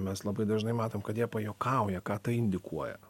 mes labai dažnai matom kad jie pajuokauja ką tai indikuoja